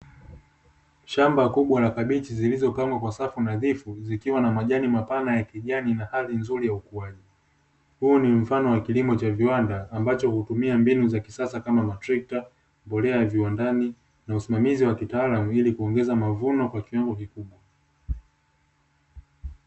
Shamba kubwa la kabichi zilizopangwa kwa safu nadhifu, zikiwa na majani mapana ya kijani na hali nzuri ya ukuaji. Huu ni mfano wa kilimo cha viwanda, ambacho hutumia mbinu za kisasa kama matrekta, mbolea ya viwandani na usimamizi wa kitaalamu ili kuongeza mavuno kwa kiwango kikubwa.